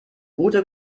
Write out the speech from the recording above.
ute